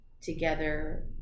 together